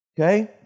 Okay